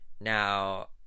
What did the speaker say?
Now